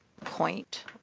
point